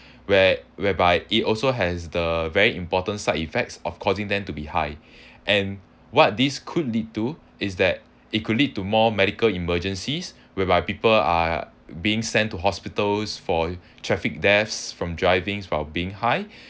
where whereby it also has the very important side effects of causing them to be high and what this could lead to is that it could lead to more medical emergencies whereby people are being sent to hospitals for traffic deaths from driving while being high